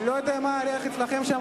המליאה.) אני לא יודע מה הריח אצלכם שם,